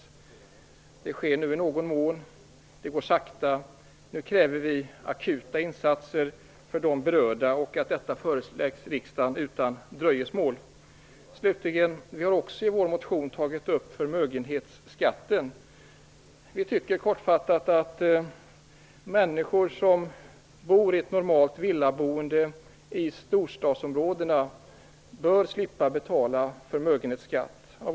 Problemen utreds nu i någon mån, men det går långsamt. Nu kräver vi akuta insatser för de berörda och att förslag föreläggs riksdagen utan dröjsmål. Slutligen: Vi har i vår motion också tagit upp förmögenhetsskatten. Vi tycker i korthet att människor i ett normalt villaboende i storstadsområdena bör slippa betala förmögenhetsskatt.